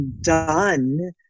done